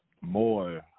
more